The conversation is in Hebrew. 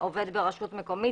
העובד ברשות מקומית,